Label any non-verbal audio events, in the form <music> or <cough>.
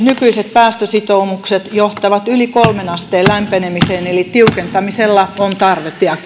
nykyiset päästösitoumukset johtavat yli kolmeen asteen lämpenemiseen eli tiukentamisella on tarvetta ja <unintelligible>